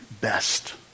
best